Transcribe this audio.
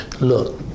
look